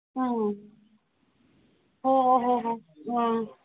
ꯎꯝ ꯍꯣ ꯍꯣ ꯍꯣꯏ ꯨꯎꯝ